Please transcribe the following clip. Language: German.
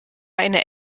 eine